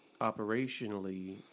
operationally